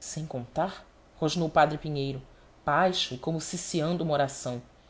sem contar rosnou padre pinheiro baixo e como ciciando uma oração